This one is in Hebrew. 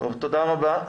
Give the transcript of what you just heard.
תודה רבה.